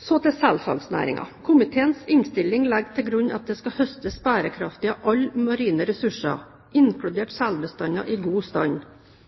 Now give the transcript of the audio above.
Så til selfangstnæringen. Komiteens innstilling legger til grunn at det skal høstes bærekraftig av alle marine ressurser, inkludert selbestander i god stand.